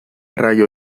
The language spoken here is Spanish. rayo